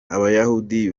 abayahudi